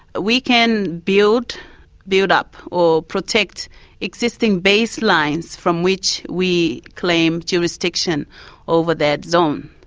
we can build build up or protect existing baselines from which we claim jurisdiction over that zone.